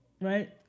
Right